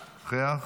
נוכח,